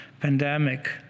pandemic